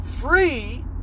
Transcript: free